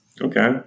Okay